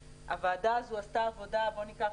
הוועדה הזאת עשתה עבודה בוא ניקח